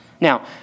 Now